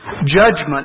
Judgment